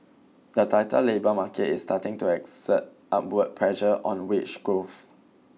the tighter labour market is starting to exert upward pressure on wage growth